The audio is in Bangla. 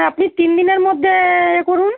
আপনি তিন দিনের মধ্যে করুন